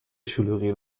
شلوغی